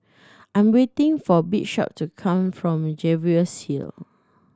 I'm waiting for Bishop to come from Jervois Hill